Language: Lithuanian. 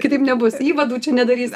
kitaip nebus įvadų čia nedarys